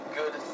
good